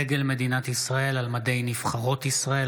(דגל מדינת ישראל על מדי נבחרות ישראל),